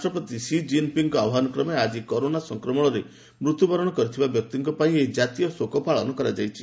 ରାଷ୍ଟ୍ରପତି ଷି କିନ୍ପିଙ୍ଗ୍ଙ୍କ ଆହ୍ୱାନକ୍ରମେ ଆଜି କରୋନା ସଂକ୍ରମଣରେ ମୃତ୍ୟୁବରଣ କରିଥିବା ବ୍ୟକ୍ତିଙ୍କ ପାଇଁ ଏହି ଜାତୀୟ ଶୋକ ପାଳନ କରାଯାଇଛି